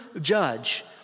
judge